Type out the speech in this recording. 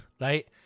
right